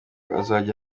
azajye